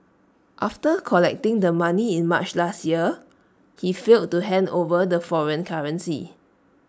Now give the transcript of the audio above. after collecting the money in March last year he failed to hand over the foreign currency